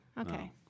Okay